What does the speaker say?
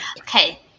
Okay